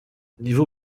niveau